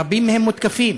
רבים מהם מותקפים